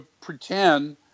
pretend